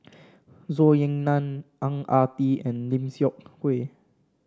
Zhou Ying Nan Ang Ah Tee and Lim Seok Hui